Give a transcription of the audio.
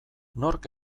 nork